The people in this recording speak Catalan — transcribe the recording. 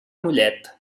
mollet